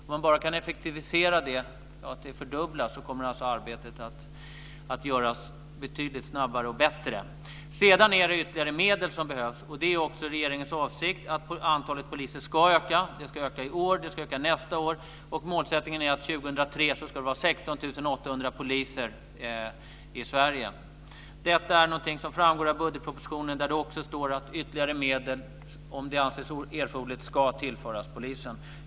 Om man kan effektivisera det och se till att siffrorna fördubblas kommer arbetet att göras betydligt snabbare och bättre. Sedan är det ytterligare medel som behövs. Det är också regeringens avsikt att antalet poliser ska öka. Det ska öka i år. Det ska öka nästa år. Målsättningen är att det 2003 ska vara 16 800 poliser i Sverige. Detta är någonting som framgår av budgetpropositionen, där det också står att ytterligare medel, om det anses erforderligt, ska tillföras polisen.